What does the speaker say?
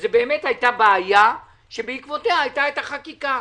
וזאת באמת הייתה בעיה שבעקבותיה הייתה חקיקה.